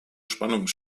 spannung